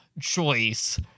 choice